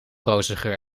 rozengeur